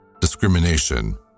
Discrimination